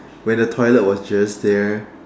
when the toilet was just there